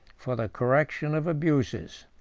for the correction of abuses,